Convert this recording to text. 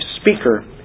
speaker